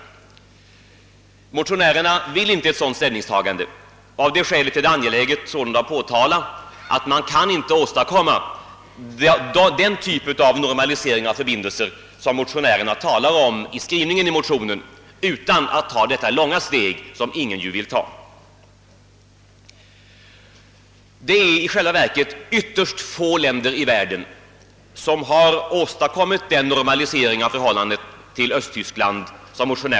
Eftersom motionärerna inte åsyftar ett sådant ställningstagande är det sålunda angeläget att påtala att man inte kan åstadkomma den typ av normalisering av förbindelser, som motionärerna talar om, utan att ta det steg som ingen vill ta. Det är i själva verket ytterst få länder i världen som har upprättat diplomatiska förbindelser med Östtyskland.